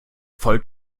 voll